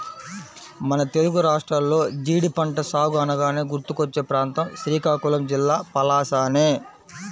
మన తెలుగు రాష్ట్రాల్లో జీడి పంట సాగు అనగానే గుర్తుకొచ్చే ప్రాంతం శ్రీకాకుళం జిల్లా పలాసనే